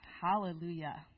Hallelujah